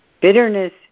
Bitterness